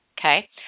Okay